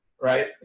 right